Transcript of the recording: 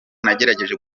nagerageje